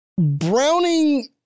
Browning